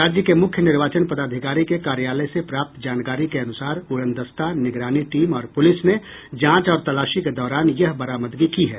राज्य के मुख्य निर्वाचन पदाधिकारी के कार्यालय से प्राप्त जानकारी के अनुसार उड़नदस्ता निगरानी टीम और पुलिस ने जांच और तलाशी के दौरान यह बरामदगी की है